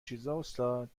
چیزا، استاد